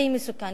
הכי מסוכנים,